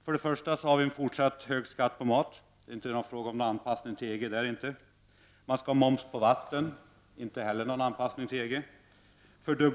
Skatteutredningarna föreslår bl.a.: e fortsatt hög skatt på mat — här är det inte fråga om någon anpassning till EG, moms på vatten — ingen anpassning till EG här heller, e